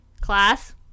class